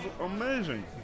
amazing